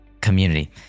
community